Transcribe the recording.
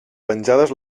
penjades